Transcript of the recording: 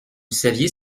saviez